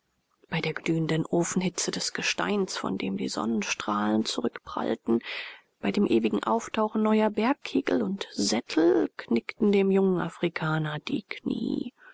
bei der glühenden ofenhitze des gesteins von dem die sonnenstrahlen zurückprallten bei dem ewigen auftauchen neuer bergkegel und sättel knickten dem jungen afrikaner die knie